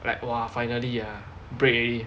like !wah! finally ah break already